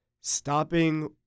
stopping